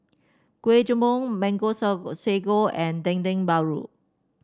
Kuih Mango Sago and Dendeng Paru